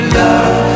love